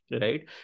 right